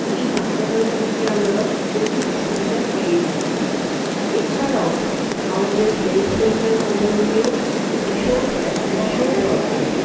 এই হাসপাতাল থেকে আমরা প্রচুর সুবিধা পেয়ে থাকি এছাড়াও আমাদের হেলথ সেন্টার কমিউনিটিও ভীষণ ভীষণ দরকারি